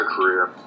career